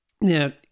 Now